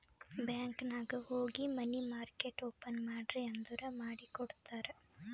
bank ನಾಗ್ ಹೋಗಿ money market open ಮಾಡ್ರಿ ಅಂದುರ್ ಮಾಡಿ ಕೊಡ್ತಾರ್